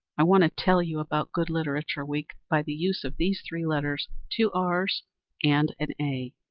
i want to tell you about good literature week by the use of these three letters, two r's and an a.